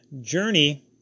journey